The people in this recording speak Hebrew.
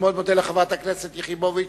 אני מאוד מודה לחברת הכנסת יחימוביץ.